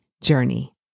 journey